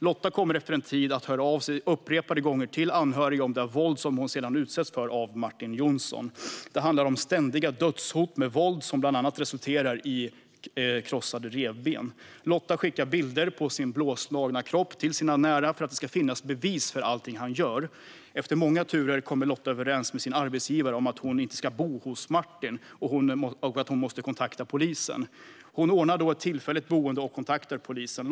Lotta kommer efter en tid att höra av sig upprepade gånger till anhöriga om det våld som hon utsätts för av Martin Jonsson. Det handlar om ständiga dödshot och våld som bland annat resulterar i krossade revben. Lotta skickar bilder på sin blåslagna kropp till sina nära för att det ska finnas bevis för allt han gör. Efter många turer kommer Lotta överens med sin arbetsgivare om att hon inte ska bo hos Martin och att hon måste kontakta polisen. Hon ordnar då ett tillfälligt boende och kontaktar polisen.